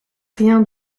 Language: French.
rien